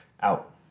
out